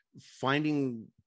finding